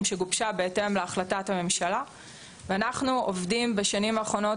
שגובשה בהתאם להחלטת הממשלה ואנחנו עובדים בשנים האחרונות